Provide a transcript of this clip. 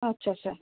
अच्छा अच्छा